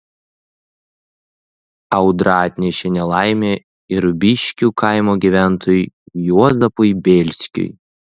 audra atnešė nelaimę ir ubiškių kaimo gyventojui juozapui bėlskiui